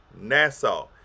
Nassau